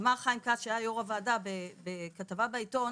בכתבה בעיתון,